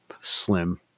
slim